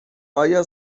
آیا